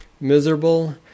miserable